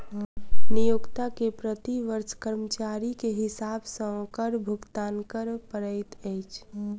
नियोक्ता के प्रति वर्ष कर्मचारी के हिसाब सॅ कर भुगतान कर पड़ैत अछि